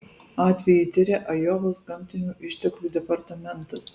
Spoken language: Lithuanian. atvejį tiria ajovos gamtinių išteklių departamentas